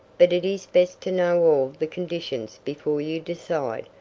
but it is best to know all the conditions before you decide.